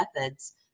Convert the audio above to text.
methods